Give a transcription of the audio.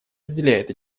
разделяет